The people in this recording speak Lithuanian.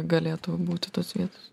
galėtų būti tos vietos